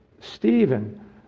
Stephen